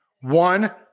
one